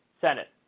Senate